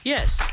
Yes